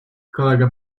kolega